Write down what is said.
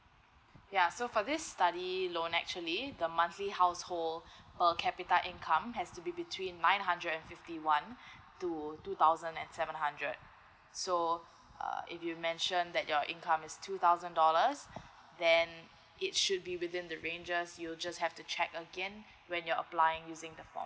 ya so for this study loan actually the monthly household per capita income has to be between nine hundred and fifty one to two thousand and seven hundred so uh if you mention that your income is two thousand dollars then it should be within the rangers you'll just have to check again when you're applying using the form